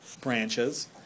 branches